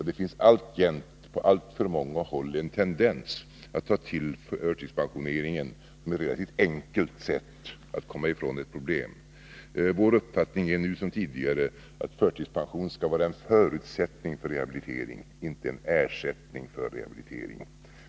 Det finns alltjämt på alltför många håll en tendens att ta till förtidspensioneringen som ett relativt enkelt sätt att komma ifrån ett problem. Vår uppfattning är, nu som tidigare, att förtidspension skall vara en förutsättning för rehabilitering, inte en ersättning för rehabilitering.